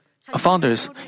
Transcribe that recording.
founders